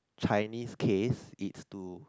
Chinese case is to